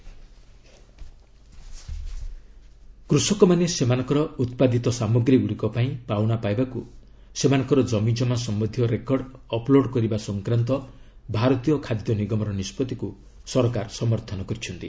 ଗଭ୍ FCI କୃଷକମାନେ ସେମାନଙ୍କର ଉତ୍ପାଦିତ ସାମଗ୍ରୀଗୁଡ଼ିକ ପାଇଁ ପାଉଣା ପାଇବାକୁ ସେମାନଙ୍କର ଜମିକ୍ଷମା ସମ୍ଭନ୍ଧୀୟ ରେକର୍ଡ ଅପ୍ଲୋଡ଼ କରିବା ସଂକ୍ରାନ୍ତ ଭାରତୀୟ ଖାଦ୍ୟ ନିଗମର ନିଷ୍ପଭିକୁ ସରକାର ସମର୍ଥନ କରିଛନ୍ତି